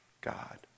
God